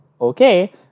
okay